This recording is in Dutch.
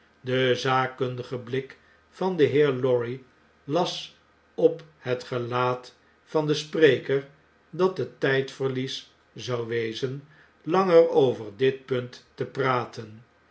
de zaakkundige blik van den heer lorry las op het gelaat van den spreker dat het tydverlies zou wezen langer over dit punt te praten